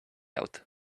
out